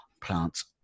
plants